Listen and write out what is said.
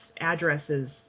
addresses